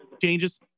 changes